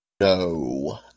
No